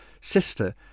sister